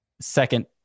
second